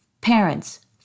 parents